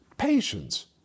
Patience